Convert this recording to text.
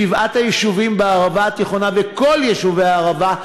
שבעת היישובים בערבה התיכונה וכל יישובי הערבה,